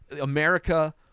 america